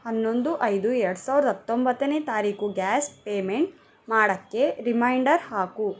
ಹನ್ನೊಂದು ಐದು ಎರಡು ಸಾವಿರದ ಹತ್ತೊಂಬತ್ತನೇ ತಾರೀಕು ಗ್ಯಾಸ್ ಪೇಮೆಂಟ್ ಮಾಡೋಕ್ಕೆ ರಿಮೈಂಡರ್ ಹಾಕು